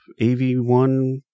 AV1